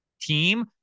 team